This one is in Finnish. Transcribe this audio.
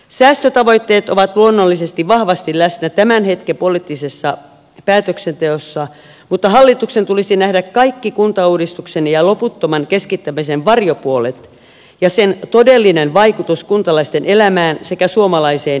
säästötavoitteet ovat luonnollisesti vahvasti läsnä tämän hetken poliittisessa päätöksenteossa mutta hallituksen tulisi nähdä kaikki kuntauudistuksen ja loputtoman keskittämisen varjopuolet ja niiden todellinen vaikutus kuntalaisten elämään sekä suomalaiseen identiteettiin